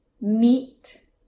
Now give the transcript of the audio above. meet